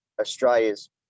Australia's